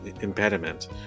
impediment